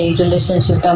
relationship